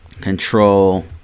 control